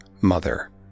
mother